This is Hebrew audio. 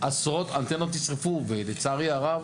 עשרות אנטנות נשרפו לצערי הרב.